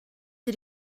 did